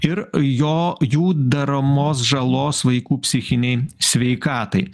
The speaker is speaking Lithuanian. ir jo jų daromos žalos vaikų psichinei sveikatai